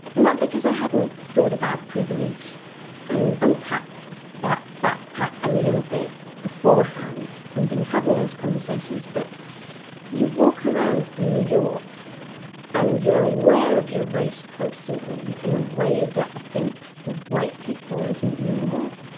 and not because i hadn't thought about privilege and unpacked that backpack a little bit beforehand and been having those conversations. but you walk around new york and you're aware of your race constantly in a way that i think for white people isn't normal.